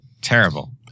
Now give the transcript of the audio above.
terrible